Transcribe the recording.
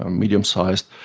ah medium-sized,